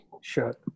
Sure